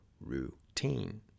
routine